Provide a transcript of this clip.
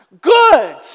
good